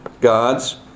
God's